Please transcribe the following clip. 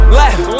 left